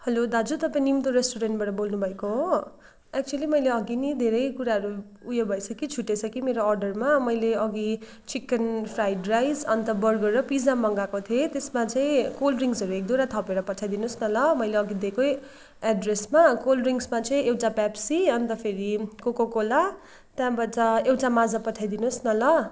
hello दाजु तपाईँ निम्तो रेस्टुरेन्टबाट बोल्नु भएको हो एक्चुली मैले अघि नि धेरै कुराहरू उयो भएछ कि छुटेछ कि मेरो अर्डरमा मैले अघि चिकन फ्राइड राइस अन्त बर्गर र पिज्जा मँगाएको थिएँ त्यसमा चाहिँ कोल्ड ड्रिङ्क्सहरू एकदुईवटा थपेर पठाइदिनोस् न ल मैले अघि दिएकै एड्रेसमा कोल्ड ड्रिङ्क्समा चाहिँ एउटा पेप्सी अन्त फेरि कोकोकोला त्यहाँबाट एउटा माजा पठाइदिनोस् न ल